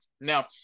Now